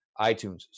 iTunes